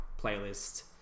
playlist